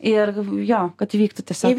ir jo kad įvyktų tiesiog